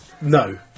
No